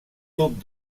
tub